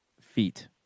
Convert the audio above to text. Feet